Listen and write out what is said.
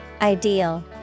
Ideal